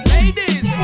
Ladies